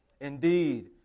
Indeed